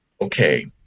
Okay